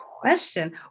question